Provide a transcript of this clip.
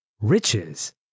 riches